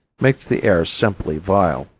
makes the air simply vile.